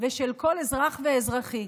ושל כל אזרח ואזרחית,